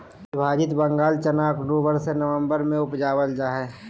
विभाजित बंगाल चना अक्टूबर से ननम्बर में उपजाल जा हइ